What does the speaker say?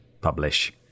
publish